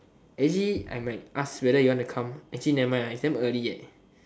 actually I might ask whether you want to come actually nevermind ah it's damn early eh